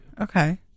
Okay